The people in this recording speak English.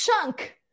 chunk